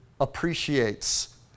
appreciates